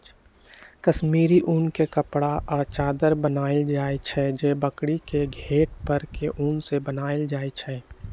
कस्मिर उन के कपड़ा आ चदरा बनायल जाइ छइ जे बकरी के घेट पर के उन से बनाएल जाइ छइ